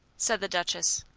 said the duchess,